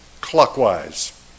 Clockwise